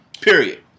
Period